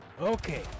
okay